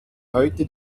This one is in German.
heute